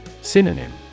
Synonym